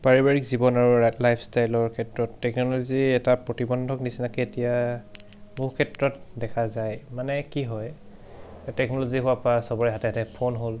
পাৰিবাৰিক জীৱন আৰু ৰা লাইফষ্টাইলৰ ক্ষেত্ৰত টেকন'লজি এটা প্ৰতিবন্ধক নিচিনাকৈ এতিয়া বহু ক্ষেত্ৰত দেখা যায় মানে কি হয় টেকন'লজি হোৱাৰ পা চবৰে হাতে হাতে ফোন হ'ল